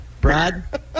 Brad